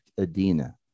Adina